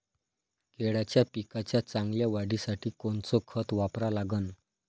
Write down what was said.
केळाच्या पिकाच्या चांगल्या वाढीसाठी कोनचं खत वापरा लागन?